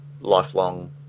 lifelong